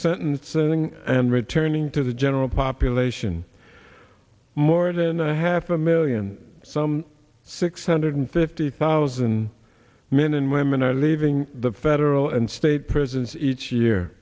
sentencing and returning to the general population more than a half a million some six hundred fifty thousand men and women are leaving the federal and state prisons each year